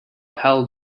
upheld